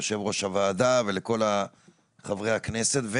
ליושב-ראש הוועדה ולכל חברי הכנסת,